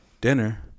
dinner